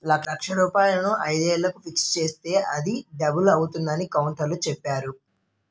లక్ష రూపాయలను ఐదు ఏళ్లకు ఫిక్స్ చేస్తే అది డబుల్ అవుతుందని కౌంటర్లో చెప్పేరు